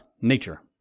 nature